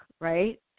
Right